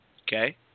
Okay